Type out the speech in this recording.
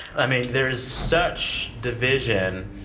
i mean, there's such division